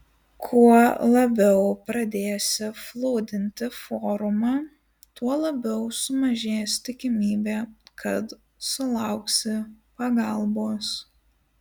kuo labiau pradėsi flūdinti forumą tuo labiau sumažės tikimybė kad sulauksi pagalbos